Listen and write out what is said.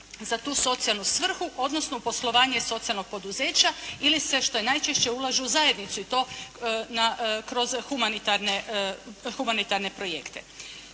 za tu socijalnu svrhu, odnosno u poslovanje socijalnog poduzeća ili se što je najčešće ulažu u zajednicu i to kroz humanitarne projekte.